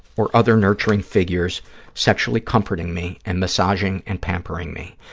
or other nurturing figures sexually comforting me and massaging and pampering me.